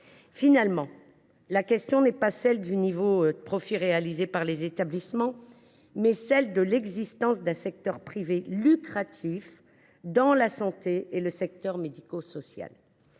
définitive, la question n’est pas celle du niveau de profits réalisé par les établissements ; elle est celle de l’existence d’un secteur privé lucratif dans la santé et le secteur médico social.